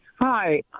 Hi